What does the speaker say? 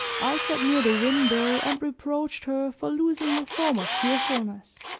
i sat near the window and reproached her for losing her former cheerfulness.